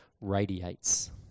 radiates